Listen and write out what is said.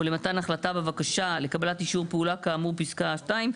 או למתן החלטה בבקשה לקבלת אישור פעולה כאמור בפסקה (2),